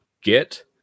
get